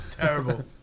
Terrible